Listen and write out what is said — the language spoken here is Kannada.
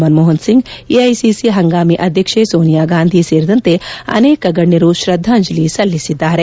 ಮನ್ಮೋಹನ್ ಸಿಂಗ್ ಎಐಸಿಸಿ ಹಂಗಾಮಿ ಅಧ್ಯಕ್ಷೆ ಸೋನಿಯಾ ಗಾಂಧಿ ಸೇರಿದಂತೆ ಅನೇಕ ಗಣ್ಣರು ಶ್ರದ್ಗಾಂಜಲಿ ಸಲ್ಲಿಸಿದ್ದಾರೆ